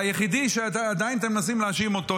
והיחידי שאתם עדיין מנסים להאשים אותו,